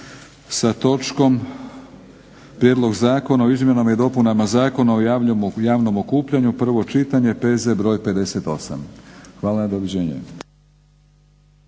sa točkom prijedlog Zakona o izmjenama i dopunama Zakona o javnom okupljanju, prvo čitanje, P.Z. br. 58. Hvala i doviđenja.